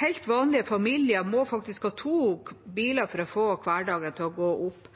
helt vanlige familier må faktisk ha to biler for å få hverdagen til å gå opp.